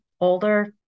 older